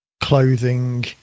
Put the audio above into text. clothing